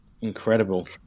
Incredible